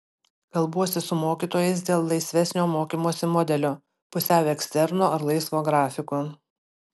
kalbuosi su mokytojais dėl laisvesnio mokymosi modelio pusiau eksterno ar laisvo grafiko